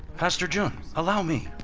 pastor zheng, allow me!